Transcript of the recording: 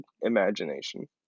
imagination